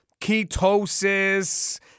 ketosis